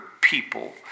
people